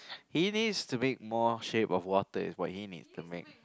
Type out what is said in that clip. he needs to make more shape of water is what he needs to make